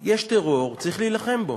יש טרור, צריך להילחם בו.